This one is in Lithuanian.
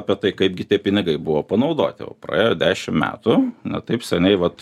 apie tai kaipgi tie pinigai buvo panaudoti o praėjo dešim metų ne taip seniai vat